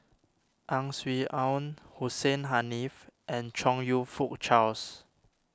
Ang Swee Aun Hussein Haniff and Chong You Fook Charles